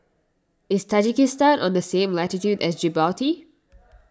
is Tajikistan on the same latitude as Djibouti